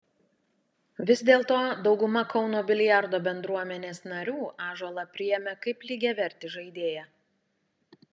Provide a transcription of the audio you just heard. vis dėlto dauguma kauno biliardo bendruomenės narių ąžuolą priėmė kaip lygiavertį žaidėją